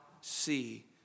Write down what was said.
see